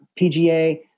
PGA